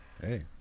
hey